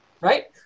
Right